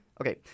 Okay